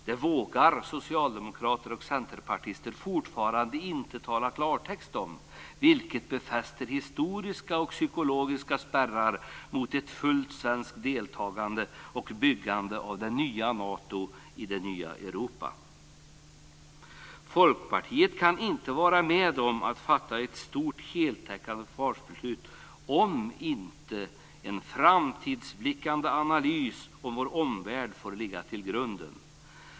Det vågar socialdemokrater och centerpartister fortfarande inte tala klarspråk om, vilket befäster historiska och psykologiska spärrar mot ett fullt svenskt deltagande i och byggande av det nya Nato i det nya Europa. Folkpartiet kan inte vara med om att fatta ett stort heltäckande försvarsbeslut om inte en framåtblickande analys av vår omvärld får ligga som grund.